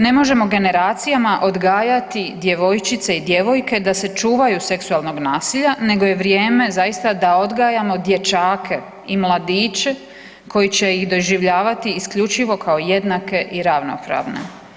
Ne možemo generacijama odgajati djevojčice i djevojke da se čuvaju seksualnog nasilja nego je vrijeme zaista da odgajamo dječake i mladiće koji će ih doživljavati isključivo kao jednake i ravnopravne.